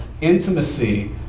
Intimacy